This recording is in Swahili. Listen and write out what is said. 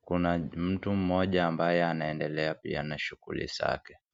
Kuna mtu mmoja ambaye anaendelea pia na shuguli zake.